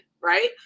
right